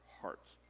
hearts